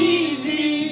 easy